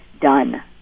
done